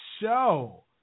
show